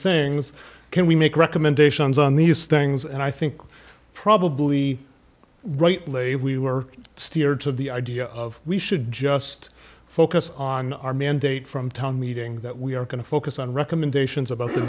things can we make recommendations on these things and i think probably rightly we were steered to the idea of we should just focus on our mandate from town meeting that we are going to focus on recommendations about the